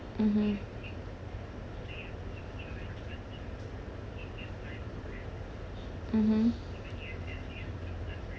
mmhmm mmhmm